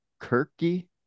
Kirky